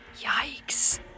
Yikes